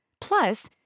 Plus